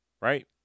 right